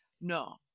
No